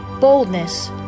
boldness